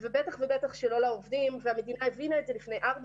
ובטח ובטח שלא לעובדים והמדינה הבינה את זה לפני ארבע